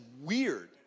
weird